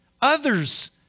others